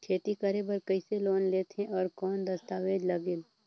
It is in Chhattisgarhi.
खेती करे बर कइसे लोन लेथे और कौन दस्तावेज लगेल?